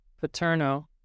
Paterno